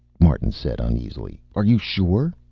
martin said uneasily. are you sure